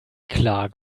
klar